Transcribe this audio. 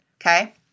Okay